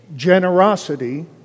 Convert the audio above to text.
generosity